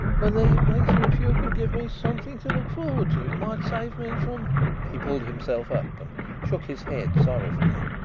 believe me, sir, if you could give me something to look forward to it might save me from he pulled himself up and shook his head sorrowfully.